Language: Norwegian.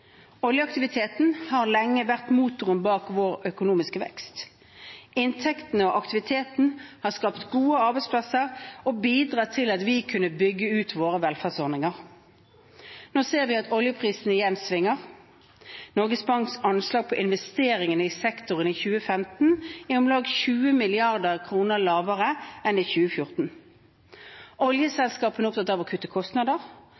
Oljeaktiviteten har lenge vært motoren bak vår økonomiske vekst. Inntektene og aktiviteten har skapt gode arbeidsplasser og bidratt til at vi kunne bygge ut våre velferdsordninger. Nå ser vi at oljeprisen igjen svinger. Norges Banks anslag på investeringene i sektoren i 2015 er om lag 20 mrd. kr lavere enn i 2014. Oljeselskapene er opptatt av å kutte kostnader,